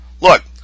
look